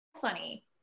funny